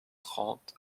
trente